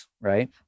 Right